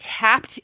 tapped